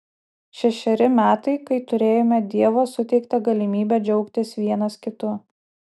šešeri metai kai turėjome dievo suteiktą galimybę džiaugtis vienas kitu